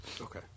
Okay